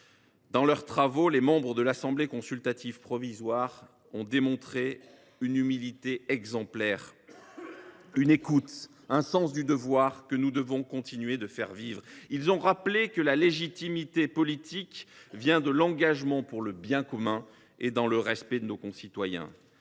de leurs travaux, les membres de l’Assemblée consultative provisoire ont démontré une humilité exemplaire, une écoute, un sens du devoir que nous devons continuer de faire vivre. Ils ont rappelé que la légitimité politique trouve sa source dans l’engagement pour le bien commun et dans le respect de nos concitoyens.